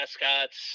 mascots